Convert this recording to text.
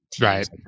Right